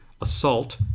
assault